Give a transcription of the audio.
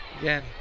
again